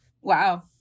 Wow